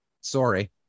sorry